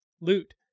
loot